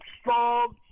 strong